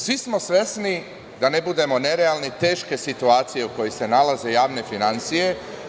Svi smo svesni, da ne budemo nerealni, teške situacije u kojoj se nalaze javne finansije.